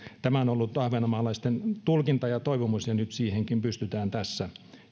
on ollut ahvenanmaalaisten tulkinta ja toivomus ja nyt siihenkin pystytään tässä